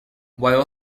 while